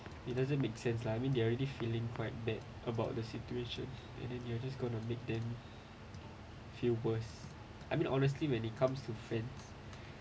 it doesn't make sense lah I mean they are already feeling quite bad about the situation and then you just going to make them feel worse I mean honestly when it comes to friends